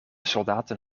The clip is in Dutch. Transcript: soldaten